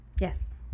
Yes